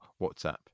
WhatsApp